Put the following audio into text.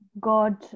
God